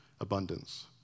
abundance